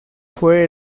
fue